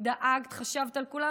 דאגת, חשבת על כולם.